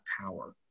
power